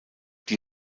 die